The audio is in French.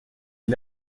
est